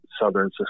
southern